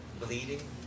bleeding